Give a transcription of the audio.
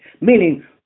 meaning